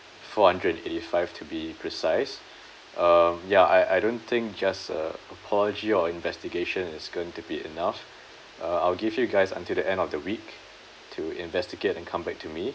four hundred and eighty five to be precise um ya I I don't think just a apology or investigation is going to be enough uh I'll give you guys until the end of the week to investigate and come back to me